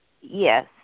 Yes